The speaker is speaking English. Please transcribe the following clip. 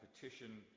petition